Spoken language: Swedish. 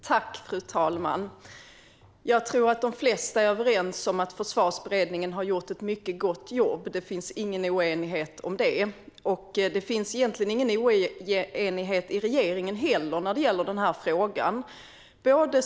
Fru talman! Jag tror att de flesta är överens om att Försvarsberedningen har gjort ett mycket gott jobb. Det finns ingen oenighet om det. Det finns egentligen ingen oenighet i regeringen heller när det gäller den här frågan.